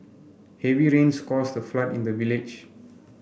heavy rains caused a flood in the village